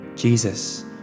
Jesus